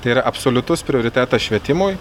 tai yra absoliutus prioritetas švietimui